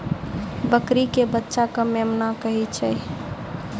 बकरी के बच्चा कॅ मेमना कहै छै